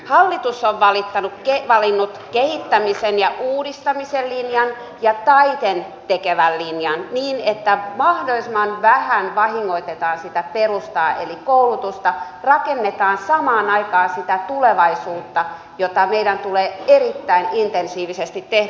hallitus on valinnut kehittämisen ja uudistamisen linjan ja taiten tekevän linjan niin että mahdollisimman vähän vahingoitetaan sitä perustaa eli koulutusta ja rakennetaan samaan aikaan sitä tulevaisuutta jota meidän tulee erittäin intensiivisesti tehdä